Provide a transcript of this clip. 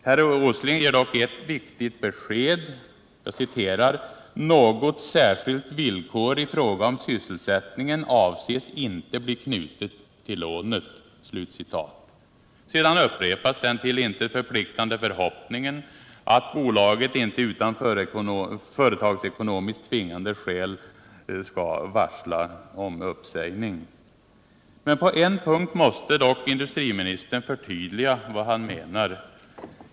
Herr Åsling ger dock ett viktigt besked: ”Något särskilt villkor i fråga om sysselsättningen avses inte bli knutet till lånet.” Sedan upprepas den till intet förpliktande förhoppningen att bolaget ”inte utan företagsekonomiskt tvingande skäl varslar personal om uppsägning”. Men på en punkt måste dock industriministern förtydliga vad han menar!